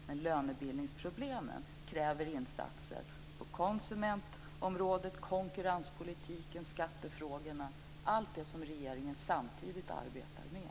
Men lönebildningsproblemen kräver insatser på konsumentområdet, i konkurrenspolitiken, i skattefrågorna - allt det som regeringen samtidigt arbetar med.